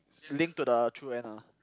link to the true end ah